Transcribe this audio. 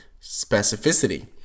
specificity